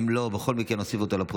אין מתנגדים, אין נמנעים.